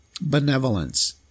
benevolence